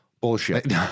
bullshit